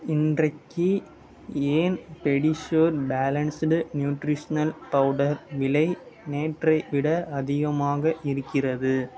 இன்றைக்கு ஏன் PediaSure balanced nutritional powder விலை நேற்றை விட அதிகமாக இருக்கிறது